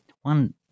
One